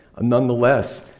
Nonetheless